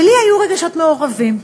ולי היו רגשות מעורבים.